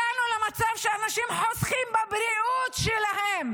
הגענו למצב שאנשים חוסכים בבריאות שלהם.